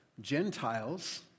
Gentiles